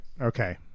Okay